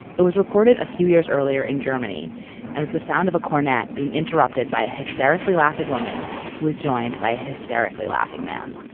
it was recorded a few years earlier in germany and is the sound of a cornet being interrupted by a hysterically laughing woman who is joined by a hysterically laughing man.